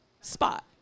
spot